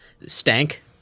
stank